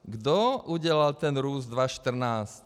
Kdo udělal ten růst dva čtrnáct?